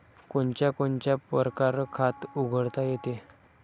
कोनच्या कोनच्या परकारं खात उघडता येते?